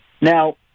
Now